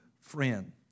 friend